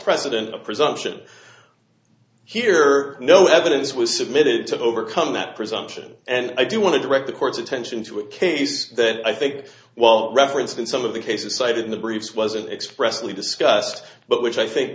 precedent of presumption here no evidence was submitted to overcome that presumption and i do want to direct the court's attention to a case that i think well referenced in some of the cases cited in the briefs wasn't expressly discussed but which i think